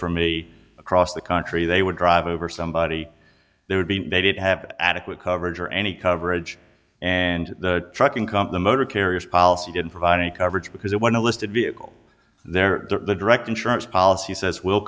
for me across the country they would drive over somebody there would be they did have adequate coverage or any coverage and the trucking company motor carrier policy didn't provide any coverage because it was a listed vehicle there the direct insurance policy says we'll